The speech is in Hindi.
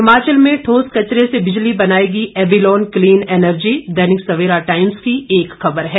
हिमाचल में ठोस कचरे से बिजली बनाएगी Abellon clean energy Dainik Savera Times की एक ख़बर है